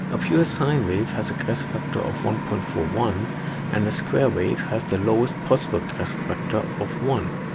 pure sine wave has a crest factor of one point four one and a square wave has the lowest possible crest factor of one.